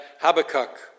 Habakkuk